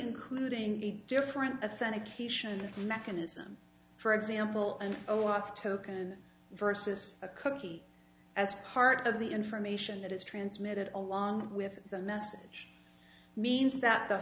including different authentic kishen mechanism for example and ooc token versus a cookie as part of the information that is transmitted along with the message means that the